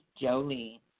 Jolie